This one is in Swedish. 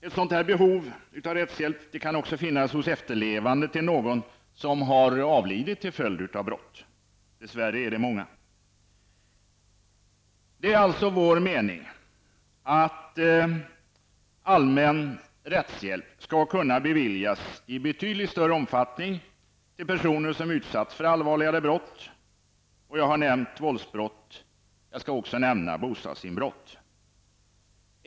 Ett sådant behov av rättshjälp kan också finnas hos efterlevande till någon som avlidit till följd av brott; dess värre är de många. Det är alltså vår mening att allmän rättshjälp skall kunna beviljas i betydligt större omfattning till personer som utsatts för allvarligare brott; förutom våldsbrott vill jag också nämna bostadsinbrott.